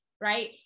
right